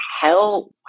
hell